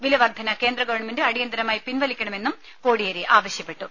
വിലവർദ്ധന കേന്ദ്രഗവൺമെന്റ് അടിയന്തരമായി പിൻവലിക്കണ മെന്നും കോടിയേരി ആവശ്യപ്പെട്ടു